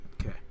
Okay